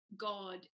God